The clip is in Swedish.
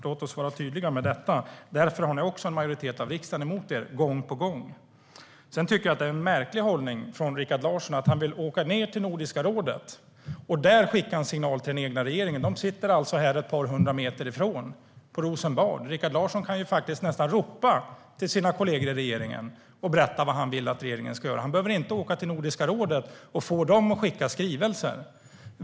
Låt oss vara tydliga med detta. Därför får ni gång på gång en majoritet av riksdagen emot er. Det är en märklig hållning från Rikard Larssons sida att han vill åka till Nordiska rådet och där skicka en signal till den egna regeringen. De sitter ett par hundra meter från riksdagshuset i Rosenbad. Rikard Larsson kan nästan ropa till sina kollegor i regeringen och berätta vad han vill att regeringen ska göra. Han behöver inte åka till Nordiska rådet och få dem att skicka skrivelser.